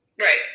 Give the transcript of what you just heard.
Right